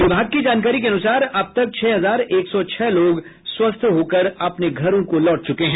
विभाग की जानकारी के अनुसार अब तक छह हजार एक सौ छह लोग स्वस्थ होकर अपने घरों को लौट चुके हैं